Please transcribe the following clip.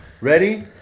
Ready